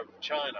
China